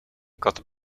got